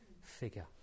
figure